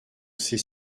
ces